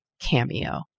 Cameo